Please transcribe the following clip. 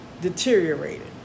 deteriorated